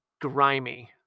grimy